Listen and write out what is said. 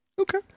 Okay